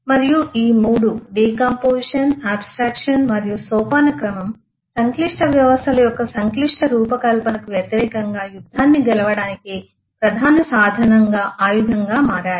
మరియు ఈ మూడు డికాంపొజిషన్ ఆబ్స్ట్రక్షన్ మరియు సోపానక్రమం సంక్లిష్ట వ్యవస్థల యొక్క సంక్లిష్ట రూపకల్పనకు వ్యతిరేకంగా యుద్ధాన్ని గెలవడానికి ప్రధాన సాధనంగా ఆయుధంగా మారాయి